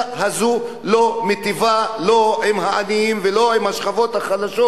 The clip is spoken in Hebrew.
הזו לא מיטיבה לא עם העניים ולא עם השכבות החלשות,